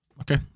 Okay